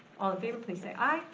all in favor, please say aye.